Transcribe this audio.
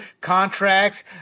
contracts